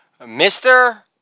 Mr